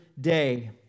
day